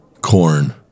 Corn